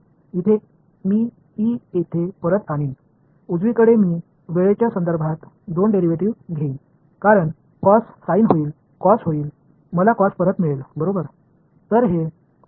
मी इ येथे परत आणीन उजवीकडे मी वेळेच्या संदर्भात दोन डेरिव्हेटिव्ह घेईन कारण कॉस साइन होईल कॉस होईल मला कॉस परत मिळेल बरोबर